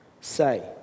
say